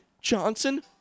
Johnson